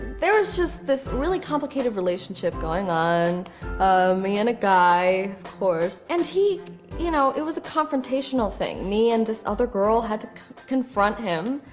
there was just this really complicated relationship going on. um me and a guy, of course, and he you know it was a confrontational thing. me and this other girl had to confront him.